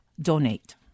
Donate